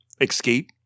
escape